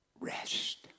rest